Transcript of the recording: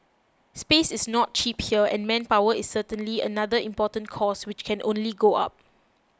space is not cheap here and manpower is certainly another important cost which can only go up